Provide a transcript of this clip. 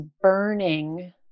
burning